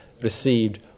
received